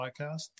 podcast